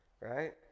right